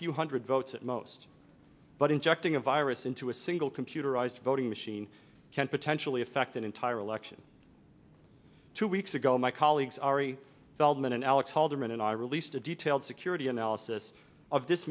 few hundred votes at most but injecting a virus into a single computerized voting machine can potentially affect an entire election two weeks ago my colleagues ari feldman and alex halderman and i released a detailed security analysis of this